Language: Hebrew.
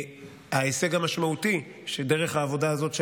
ההישג המשמעותי שדרך העבודה הזאת של